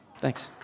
Thanks